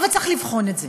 אבל צריך לבחון את זה.